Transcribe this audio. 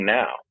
now